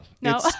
no